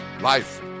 Life